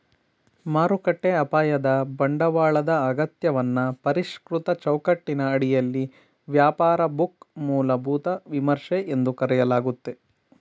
ಮಾರುಕಟ್ಟೆ ಅಪಾಯದ ಬಂಡವಾಳದ ಅಗತ್ಯವನ್ನ ಪರಿಷ್ಕೃತ ಚೌಕಟ್ಟಿನ ಅಡಿಯಲ್ಲಿ ವ್ಯಾಪಾರ ಬುಕ್ ಮೂಲಭೂತ ವಿಮರ್ಶೆ ಎಂದು ಕರೆಯಲಾಗುತ್ತೆ